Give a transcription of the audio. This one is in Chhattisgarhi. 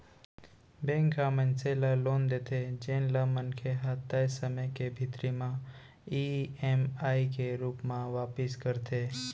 बेंक ह मनसे ल लोन देथे जेन ल मनखे ह तय समे के भीतरी म ईएमआई के रूप म वापिस करथे